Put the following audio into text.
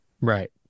Right